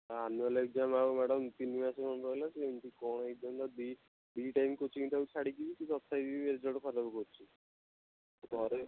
ହଁ annual exam ଆଉ madam ତିନିମାସ ଖଣ୍ଡେ ରହିଲା ସିଏ ଏମିତି କ'ଣ ଏଗ୍ଜାମ୍ ଦବ ଦୁଇ ଦୁଇ ଟାଇମ୍ କୋଚିଙ୍ଗ ତାକୁ ଛାଡ଼ିକି ବି ସିଏ ତଥାପି ବି ରେଜଲ୍ଟ ଖରାପ କରୁଛି ଘରେ